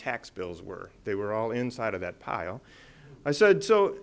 tax bills were they were all inside of that pile i said so